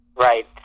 Right